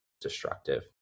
destructive